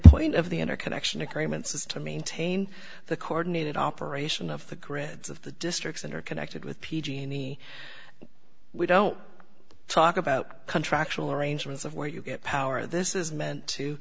point of the interconnection agreements is to maintain the cordon it operation of the grids of the districts that are connected with p g and e we don't talk about contractual arrangements of where you get power this is meant to